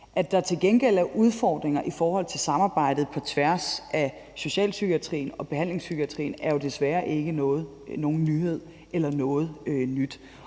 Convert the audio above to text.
At der til gengæld er udfordringer i forhold til samarbejdet på tværs af socialpsykiatrien og behandlingspsykiatrien, er jo desværre ikke nogen nyhed eller noget nyt.